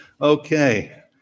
Okay